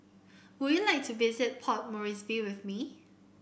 would you like to visit Port Moresby with me